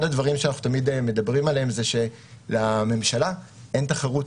אחד הדברים שאנחנו תמיד מדברים עליהם שלממשלה אין תחרות,